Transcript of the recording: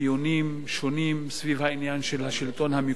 שונים סביב העניין של השלטון המקומי.